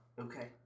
Okay